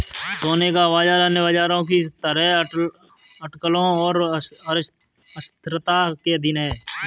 सोने का बाजार अन्य बाजारों की तरह अटकलों और अस्थिरता के अधीन है